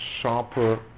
sharper